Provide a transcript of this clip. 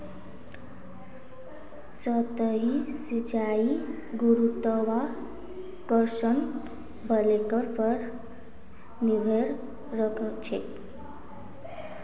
सतही सिंचाई गुरुत्वाकर्षण बलेर पर निर्भर करछेक